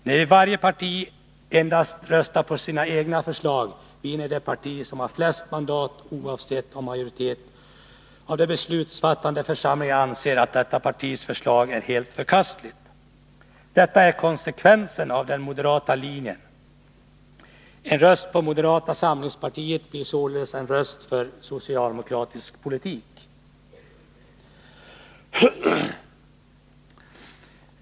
När varje parti röstar endast för sina egna förslag, vinner det parti som har flest mandat, oavsett om en majoritet av den beslutsfattande församlingen anser att detta partis förslag är helt förkastliga. Detta är konsekvensen av den moderata linjen. En röst för moderata samlingspartiet blir således en röst för socialdemokratisk politik.